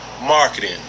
marketing